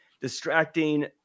distracting